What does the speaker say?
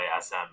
SM